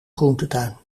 groentetuin